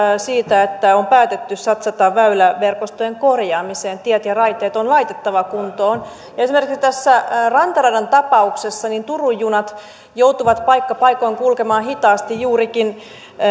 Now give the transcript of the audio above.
siitä että on päätetty satsata väyläverkostojen korjaamiseen tiet ja raiteet on laitettava kuntoon esimerkiksi tässä rantaradan tapauksessa turun junat joutuvat paikka paikoin kulkemaan hitaasti juurikin